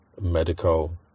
medical